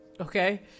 Okay